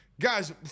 guys